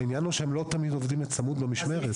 העניין הוא שהם לא תמיד עובדים צמוד במשמרת.